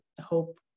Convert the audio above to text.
hope